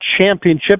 Championship